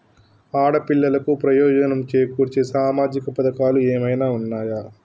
ఆడపిల్లలకు ప్రయోజనం చేకూర్చే సామాజిక పథకాలు ఏమైనా ఉన్నయా?